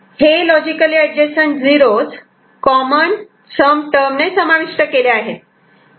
हे logically adjacent 0's common sum टर्मणे समाविष्ट केले आहेत